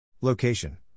Location